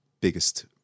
biggest